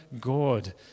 God